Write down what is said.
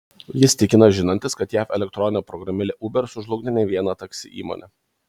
jis tikina žinantis kad jav elektroninė programėlė uber sužlugdė ne vieną taksi įmonę